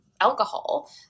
alcohol